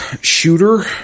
Shooter